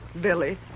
Billy